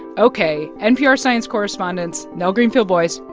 ok. npr science correspondents nell greenfieldboyce,